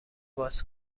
باز